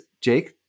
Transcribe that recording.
Jake